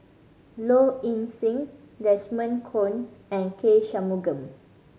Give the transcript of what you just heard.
Low Ing Sing Desmond Kon and K Shanmugam